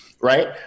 Right